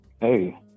Hey